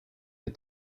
les